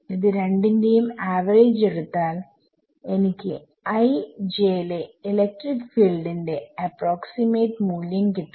ഇത് രണ്ടിന്റെയും ആവറേജ് എടുത്താൽ എനിക്ക് i jലെ ഇലക്ട്രിക് ഫീൽഡ് ന്റെ അപ്രോക്സിമേറ്റ് മൂല്യം കിട്ടും